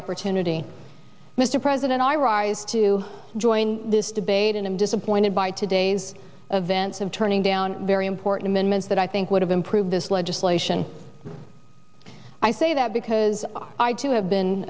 opportunity mr president i rise to join this debate and i'm disappointed by today's events of turning down very important amendments that i think would have improved this legislation i say that because i too have